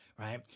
right